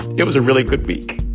it was a really good week.